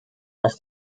was